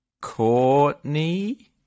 Courtney